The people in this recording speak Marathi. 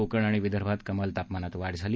कोकण आणि विदर्भात कमाल तापमानात वाढ झाली